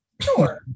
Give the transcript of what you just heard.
sure